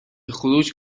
خروج